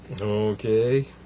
Okay